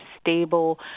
stable